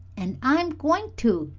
and i'm going to,